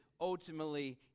ultimately